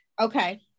Okay